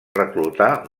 reclutar